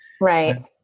Right